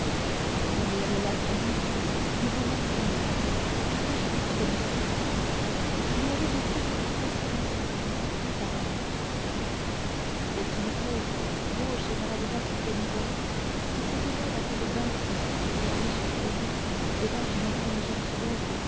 il y avait là sans doute dévouement filial attachement domestique il y avait aussi fascination d'un esprit par un autre esprit c'était une pauvre gauche et maladroite organisation qui se tenait la tête basse et les yeux suppliants devant une intelligence haute